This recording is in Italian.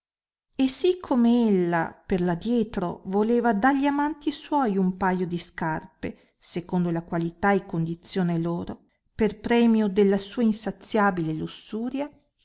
e sì come ella per adietro voleva dagli amanti suoi un paio di scarpe secondo la qualità e condizione loro per premio della sua insaziabile lussuria